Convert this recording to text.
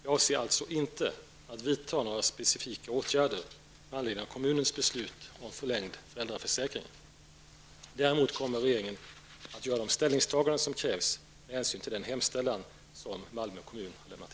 Jag avser alltså inte att vidta några specifika åtgärder med anledning av kommunens beslut om förlängd föräldraförsäkring. Däremot kommer regeringen att göra de ställningstaganden som krävs med hänsyn till den hemställan som Malmö kommun har lämnat.